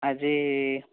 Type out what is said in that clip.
ଆଜି